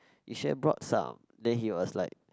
he should've brought some then he was like